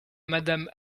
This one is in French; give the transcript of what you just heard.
madame